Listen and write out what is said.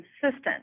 consistent